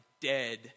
dead